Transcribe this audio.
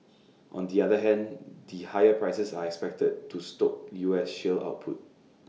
on the other hand the higher prices are expected to stoke U S shale output